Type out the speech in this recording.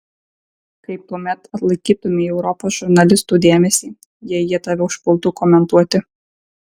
kaip tuomet atlaikytumei europos žurnalistų dėmesį jei jie tave užpultų komentuoti